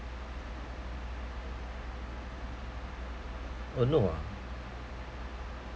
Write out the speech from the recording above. oh no ah